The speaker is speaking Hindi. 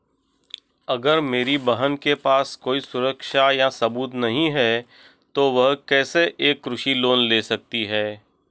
अगर मेरी बहन के पास कोई सुरक्षा या सबूत नहीं है, तो वह कैसे एक कृषि लोन ले सकती है?